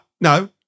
No